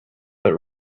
but